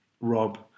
Rob